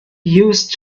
used